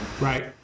Right